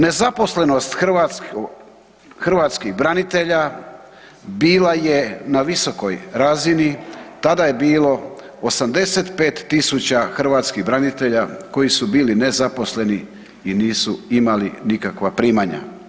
Nezaposlenost hrvatskih branitelja bila je na visokoj razini, tada je bilo 85.000 hrvatskih branitelja koji su bili nezaposleni i nisu imali nikakva primanja.